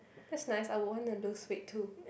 that's nice I would want to lose weight too